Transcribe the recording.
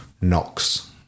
knocks